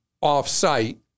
off-site